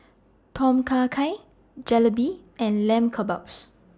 Tom Kha Gai Jalebi and Lamb Kebabs